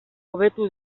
hobetu